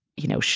you know,